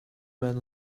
man